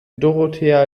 dorothea